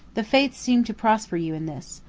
the fates seem to prosper you in this.